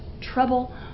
trouble